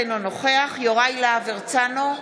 אינו נוכח יוראי להב הרצנו,